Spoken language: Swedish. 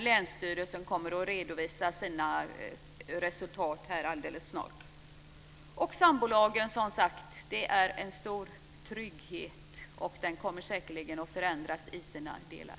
Länsstyrelserna kommer alldeles snart att redovisa sina resultat. Sambolagen är en stor trygghet. Den kommer säkerligen att förändras i sina delar.